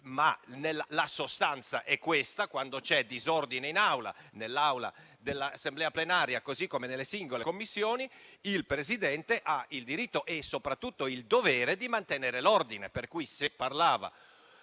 ma la sostanza è questa: quando c'è disordine in Aula (nell'Aula dell'Assemblea plenaria, così come nelle singole Commissioni), il Presidente ha il diritto e soprattutto il dovere di mantenere l'ordine. Per cui, se stava